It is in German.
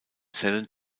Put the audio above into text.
zellen